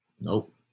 Nope